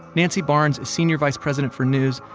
nancy barnes is senior vice president for news,